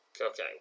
Okay